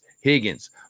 Higgins